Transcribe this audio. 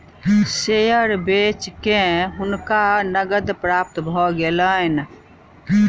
share बेच के हुनका नकद प्राप्त भ गेलैन